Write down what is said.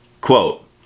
quote